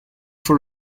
for